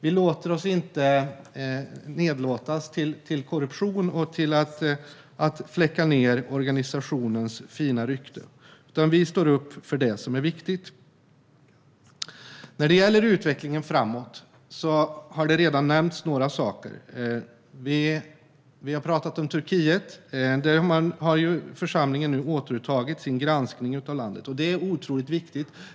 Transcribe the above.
Vi nedlåter oss inte till korruption och till att fläcka ned organisationens fina rykte, utan vi står upp för det som är viktigt. När det gäller utvecklingen framåt har några saker redan nämnts. Vi har talat om Turkiet. Församlingen har nu återupptagit sin granskning av landet, och det är otroligt viktigt.